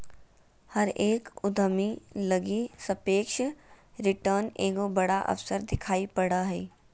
हरेक उद्यमी लगी सापेक्ष रिटर्न एगो बड़ा अवसर दिखाई पड़ा हइ